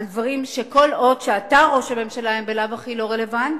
על דברים שכל עוד אתה ראש הממשלה הם בלאו הכי לא רלוונטיים.